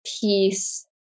peace